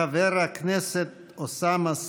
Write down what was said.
חבר הכנסת אוסאמה סעדי,